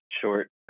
short